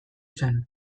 zen